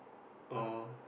or